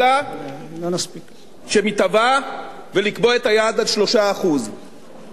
שמתהווה ולקבוע את היעד על 3%. אני רוצה להדגיש,